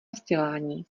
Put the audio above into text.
vzdělání